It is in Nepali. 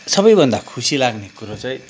सबैभन्दा खुसी लाग्ने कुरो चाहिँ